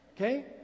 Okay